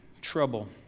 trouble